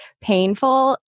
painful